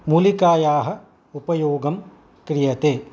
मूलिकायाः उपयोगः क्रियते